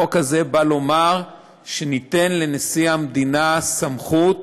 החוק הזה בא לומר שניתן לנשיא המדינה סמכות